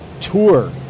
tour